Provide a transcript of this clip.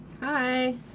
Hi